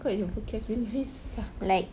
oh my god your vocabulary sucks